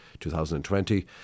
2020